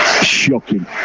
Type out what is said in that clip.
Shocking